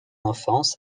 enfance